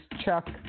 Chuck